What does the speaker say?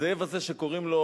הזאב הזה, שקוראים לו